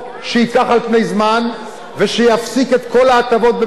זמן יפסיק את כל ההטבות במשרד הביטחון.